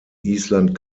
island